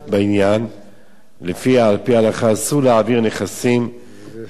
ולפיה על-פי ההלכה אסור להעביר נכסים בירושלים לידי הוותיקן.